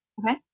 Okay